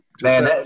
Man